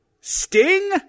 Sting